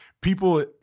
people